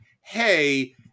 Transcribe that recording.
hey